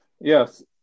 Yes